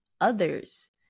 others